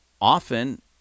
often